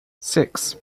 six